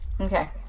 Okay